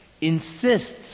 insists